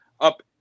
up